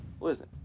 Listen